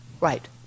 right